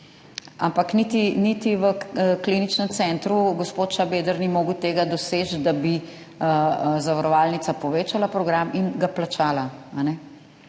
Ampak niti v Kliničnem centru gospod Šabeder ni mogel tega doseči, da bi zavarovalnica povečala program in ga plačala.